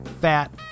fat